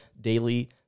daily